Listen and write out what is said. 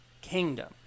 kingdom